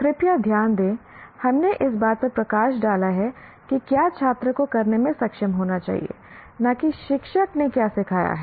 कृपया ध्यान दें हमने इस बात पर प्रकाश डाला कि क्या छात्र को करने में सक्षम होना चाहिए ना कि शिक्षक ने क्या सिखाया है